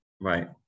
Right